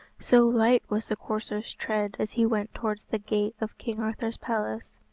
so light was the courser's tread as he went towards the gate of king arthur's palace.